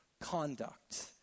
conduct